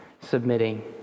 submitting